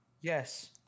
Yes